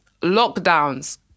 lockdowns